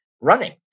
running